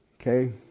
Okay